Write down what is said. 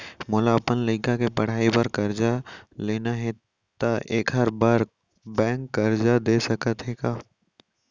मोला अपन लइका के पढ़ई बर करजा लेना हे, त एखर बार बैंक करजा दे सकत हे का?